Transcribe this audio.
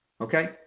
okay